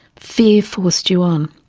fear forced you on.